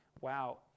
wow